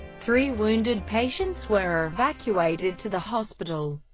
three wounded patients were evacuated to the hospital,